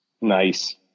Nice